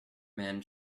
man